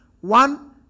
one